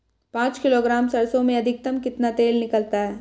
पाँच किलोग्राम सरसों में अधिकतम कितना तेल निकलता है?